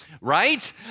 right